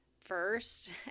first